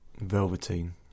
Velveteen